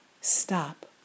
stop